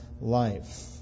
life